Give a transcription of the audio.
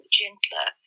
gentler